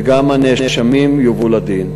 וגם הנאשמים יובאו לדין.